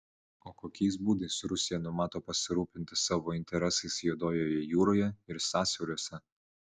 o kokiais būdais rusija numato pasirūpinti savo interesais juodojoje jūroje ir sąsiauriuose